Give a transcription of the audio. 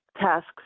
Tasks